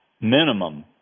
minimum